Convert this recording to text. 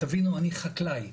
תבינו, אני חקלאי.